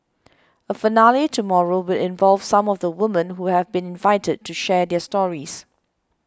a finale tomorrow will involve some of the women who have been invited to share their stories